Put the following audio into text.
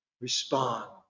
respond